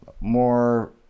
more